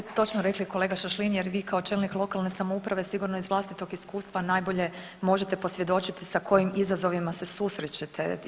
Pa sve ste točno rekli kolega Šašlin jer vi kao čelnik lokalne samouprave sigurno iz vlastitog iskustva najbolje možete posvjedočiti sa kojim izazovima se susrećete.